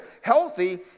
healthy